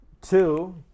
Two